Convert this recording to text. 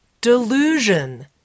delusion